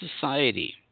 society